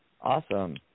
Awesome